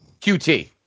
QT